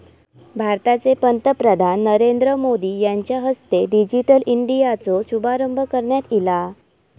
भारताचे पंतप्रधान नरेंद्र मोदी यांच्या हस्ते डिजिटल इंडियाचो शुभारंभ करण्यात ईला